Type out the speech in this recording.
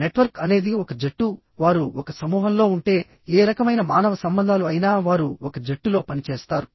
network అనేది ఒక జట్టు వారు ఒక సమూహంలో ఉంటే ఏ రకమైన మానవ సంబంధాలు అయినా వారు ఒక జట్టులో పనిచేస్తారు